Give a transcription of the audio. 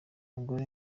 mugore